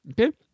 Okay